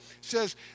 says